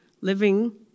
living